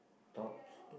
tops